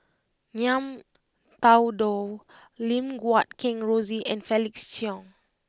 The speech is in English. Ngiam Tong Dow Lim Guat Kheng Rosie and Felix Cheong